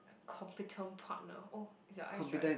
a competent partner oh is your eyes dry